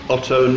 Otto